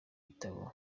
igitabo